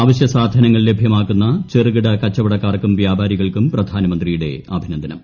അവശ്യസാധനങ്ങൾ ലഭ്യമാക്കുന്ന ചെറുകിട കച്ചുവടക്കാർക്കും വ്യാപാരികൾക്കും പ്രധാനമന്ത്രിയുടെ അഭിനന്ദനം